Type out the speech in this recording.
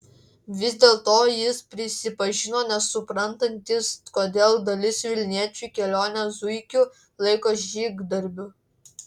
vis dėlto jis prisipažino nesuprantantis kodėl dalis vilniečių kelionę zuikiu laiko žygdarbiu